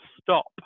stop